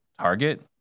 target